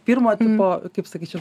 pirmo tipo kaip sakyčiau